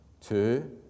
two